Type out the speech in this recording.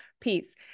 peace